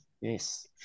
yes